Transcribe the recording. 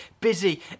busy